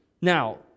Now